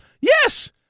Yes